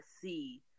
see